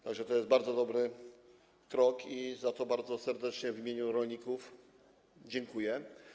Tak że to jest bardzo dobry krok i za to bardzo serdecznie w imieniu rolników dziękuję.